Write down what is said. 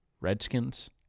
Redskins